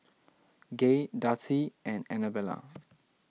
Gaye Darci and Anabella